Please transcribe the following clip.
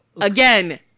Again